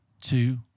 two